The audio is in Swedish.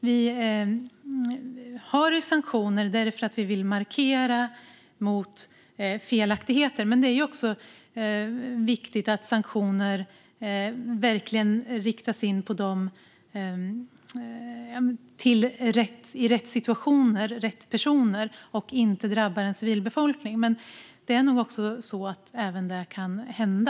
Vi har sanktioner för att vi vill markera mot felaktigheter, men det är också viktigt att sanktioner verkligen används i rätt situationer och riktas mot rätt personer och inte drabbar civilbefolkningen. Det kan nog ändå hända.